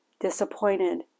disappointed